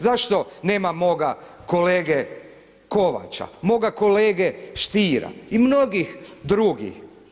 Zašto nema moga kolege Kovača, moga kolege Stiera i mnogih drugih?